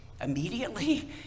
immediately